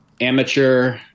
amateur